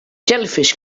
jellyfish